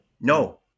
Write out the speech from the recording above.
No